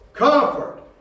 Comfort